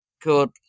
Good